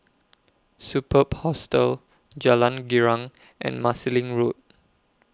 Superb Hostel Jalan Girang and Marsiling Road